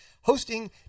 hosting